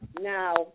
Now